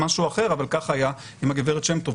משהו אחר אבל כך היה עם הגב' שם טוב.